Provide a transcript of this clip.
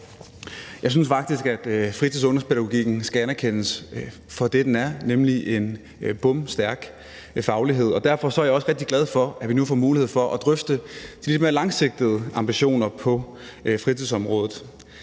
Jeg synes faktisk, at fritids- og ungdomspædagogikken skal anerkendes for det, den er, nemlig en bomstærk faglighed, og derfor er jeg også rigtig glad for, at vi nu får mulighed for at drøfte de lidt mere langsigtede ambitioner på fritidsområdet.